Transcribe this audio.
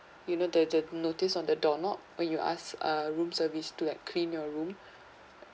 you know the the notice on the door knob when you ask uh room service to like clean your room